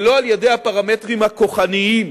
ולא על-ידי הפרמטרים הכוחניים.